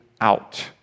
out